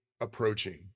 approaching